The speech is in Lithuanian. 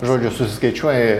žodžiu susiskaičiuoji